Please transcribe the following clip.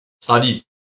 study